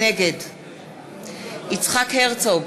נגד יצחק הרצוג,